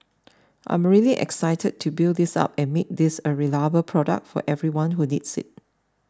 I'm really excited to build this up and make this a reliable product for everyone who needs it